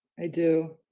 i do.